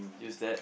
use that